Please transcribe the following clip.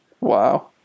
Wow